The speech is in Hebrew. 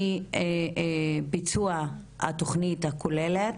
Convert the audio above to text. מביצוע התוכנית הכוללת,